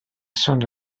són